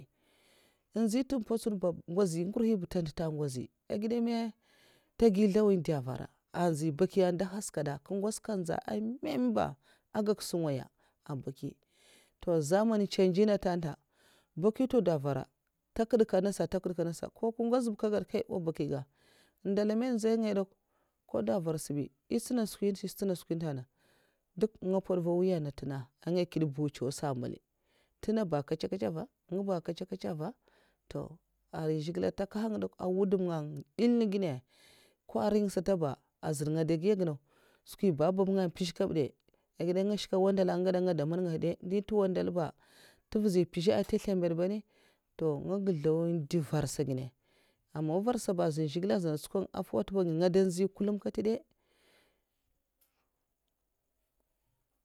Nzyi tèn mpètson ba ngwozi ngurhi ba' ntè ndèta ngwozi a gèda ma? Ntè gi zlèw in dè a vara anzi bakiya n dè haskada nga ngwoz nzè ah me'me'ba. agag sungaya' a baki toh zamani chaange na èn tè baki nta dow avara'n tè kid'ka nasa ntè kèd ka nasa ko nku ngwoz ba kagadka nwa bakiga ndala man nzèy ngaya dè kwa nko dwo var'sa'bi eh ntsina skwin nta eh ntsina skwinta na duwk nga mpwoda va nwiyabna ntenga, èn nga nkèd mbuchaw'sa mbali ntun nga ba kacha kacha nva ngu ba nkacha nkacha nva toh arai zhigile ntakahan de kwa an nwudum'nga ndel gina ko nringa sata ba azyin nga dei giya ginne kw' skwi babba nga an mpeza kabide' ah gèda nga shkè wandala nga gada n nga dwo man nga had' de? Ndi ntu wandala ba ntevuzhi mpeza ah nta slumbwoda bane, ntoh nga ga nzlew'n' duo varh'sa ginne ama var sa ba azin zhigile zunna nchukwan afuwa nteva aginne nga dwo nzyi kulu nkat'de.